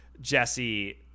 Jesse